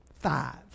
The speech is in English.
Five